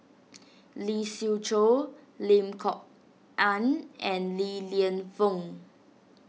Lee Siew Choh Lim Kok Ann and Li Lienfung